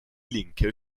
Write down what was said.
linke